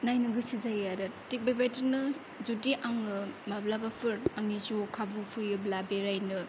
नायनो गोसो जायो आरो थिग बेबायदिनो जुदि आङो माब्लाबाफोर आंनि जिउआव खाबु फैयोब्ला बेरायनो